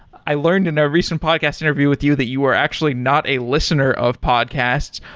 i learned in a recent podcast interview with you that you were actually not a listener of podcasts,